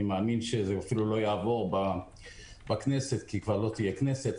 אני מאמין שזה אפילו לא יעבור בכנסת כי כבר לא תהיה כנסת,